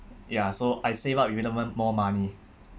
ya so I save up more money